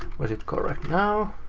was it correct now?